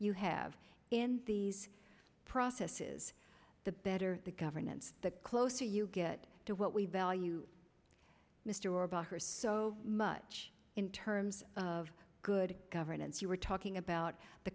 you have in these processes the better the governance the closer you get to what we value mr about her so much in terms of good governance you king about the